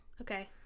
Okay